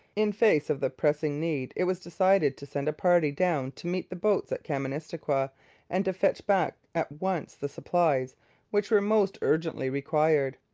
in face of the pressing need, it was decided to send a party down to meet the boats at kaministikwia and to fetch back at once the supplies which were most urgently required.